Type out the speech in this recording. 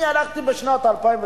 אני הלכתי בשנת 2003